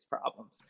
problems